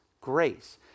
grace